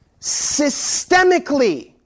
systemically